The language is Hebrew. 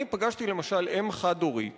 אני פגשתי, למשל, אם חד-הורית